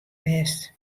west